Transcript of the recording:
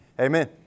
Amen